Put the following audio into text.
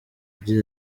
yagize